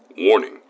Warning